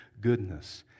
goodness